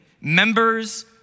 members